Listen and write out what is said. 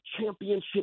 championship